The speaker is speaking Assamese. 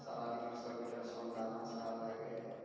ছালানি মাছৰ ভিতৰত চন্দা মাছ ভাল লাগে